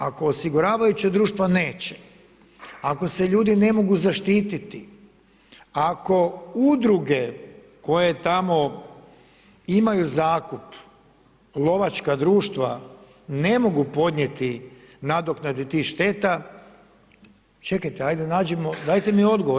Ako osiguravajuća društva neće, ako se ljudi ne mogu zaštiti, ako Udruge koje tamo imaju zakup, lovačka društva ne mogu podnijeti nadoknade tih šteta, čekajte ajde nađimo, dajte mi odgovor.